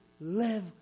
live